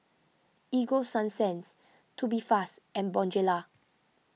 Ego Sunsense Tubifast and Bonjela